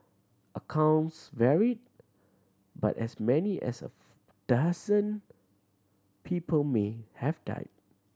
accounts varied but as many as a dozen people may have died